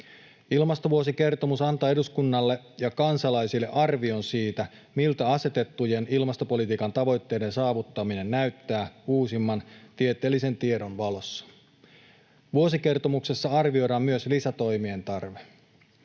Ilmastovuosikertomus antaa eduskunnalle ja kansalaisille arvion siitä, miltä asetettujen ilmastopolitiikan tavoitteiden saavuttaminen näyttää uusimman tieteellisen tiedon valossa. Vuosikertomuksessa arvioidaan myös lisätoimien tarve.